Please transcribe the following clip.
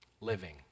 living